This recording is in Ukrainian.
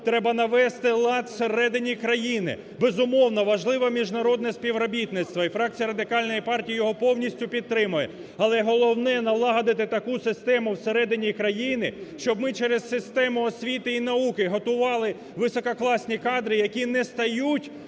треба навести лад всередині країни! Безумовно, важливе міжнародне співробітництво, і фракція Радикальної партії її повністю підтримає. Але головне – налагодити таку систему всередині країни, щоб ми через систему освіти і науки готували висококласні кадри, які не стають